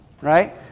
right